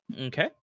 Okay